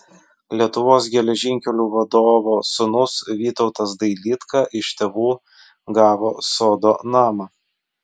lietuvos geležinkelių vadovo sūnus vytautas dailydka iš tėvų gavo sodo namą